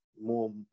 more